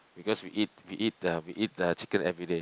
because we eat we eat the we eat the chicken everyday